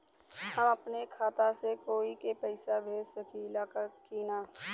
हम अपने खाता से कोई के पैसा भेज सकी ला की ना?